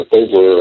over